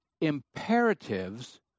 imperatives